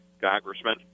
Congressman